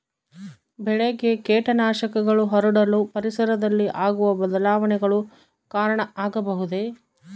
ಬೆಳೆಗೆ ಕೇಟನಾಶಕಗಳು ಹರಡಲು ಪರಿಸರದಲ್ಲಿ ಆಗುವ ಬದಲಾವಣೆಗಳು ಕಾರಣ ಆಗಬಹುದೇ?